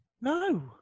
No